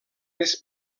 més